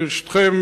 ברשותכם,